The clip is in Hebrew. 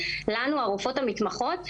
הרופאות המתמחות,